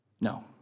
No